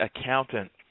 accountant